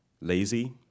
lazy